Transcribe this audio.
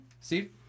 see